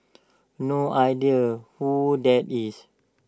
no idea who that is